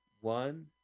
one